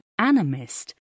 animist